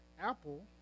Apple